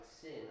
sin